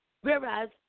whereas